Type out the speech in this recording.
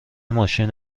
ماشین